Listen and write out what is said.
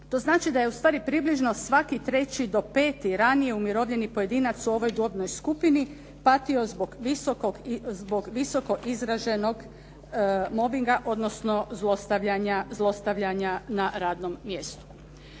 To znači da je ustvari približno svaki 3. do 5. ranije umirovljeni pojedinac u ovoj dobnoj skupini patio zbog visoko izraženog mobinga, odnosno zlostavljanja na radnom mjestu.